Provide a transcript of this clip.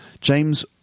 James